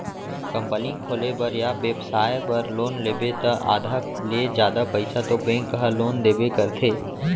company खोले बर या बेपसाय बर लोन लेबे त आधा ले जादा पइसा तो बेंक ह लोन देबे करथे